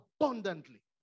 abundantly